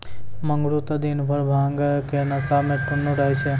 मंगरू त दिनभर भांग के नशा मॅ टुन्न रहै